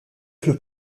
fil